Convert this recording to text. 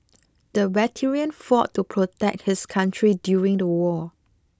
the veteran fought to protect his country during the war